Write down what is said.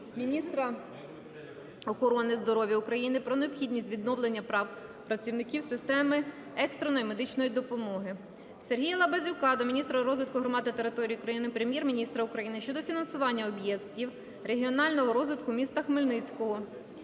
міністра охорони здоров'я України про необхідність відновлення прав працівників системи екстреної медичної допомоги. Сергія Лабазюка до міністра розвитку громад та територій України, Прем'єр-міністра України щодо фінансування об'єктів регіонального розвитку міста Хмельницького.